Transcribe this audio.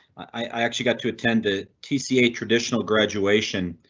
i actually got to attend to tc, a traditional graduation